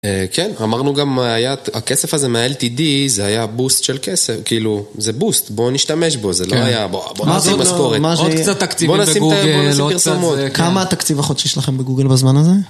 כן, אמרנו גם, הכסף הזה מה-LTD זה היה בוסט של כסף, כאילו, זה בוסט, בוא נשתמש בו, זה לא היה, בוא נשים משכורת. עוד קצת תקציבים בגוגל, עוד קצת... כמה תקציב החודשי שלכם בגוגל בזמן הזה?